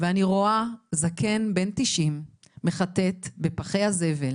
ואני רואה זקן בן 90 מחטט בפחי הזבל,